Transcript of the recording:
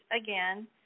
again